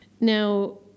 Now